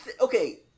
Okay